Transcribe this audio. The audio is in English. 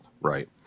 right